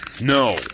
No